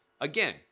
Again